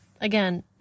again